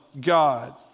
God